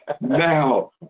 now